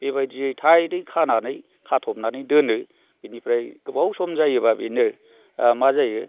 बेबायदियै टाइथयै खानानै खाथबनानै दोनो बिनिफ्राय गोबाव सम जायोब्ला बेनो मा जायो